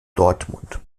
dortmund